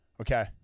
Okay